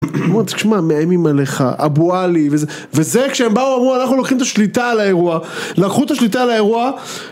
כשמאמים עליך אבואלי וזה כשהם באו אמרו אנחנו לוקחים את השליטה על האירוע לקחו את השליטה על האירוע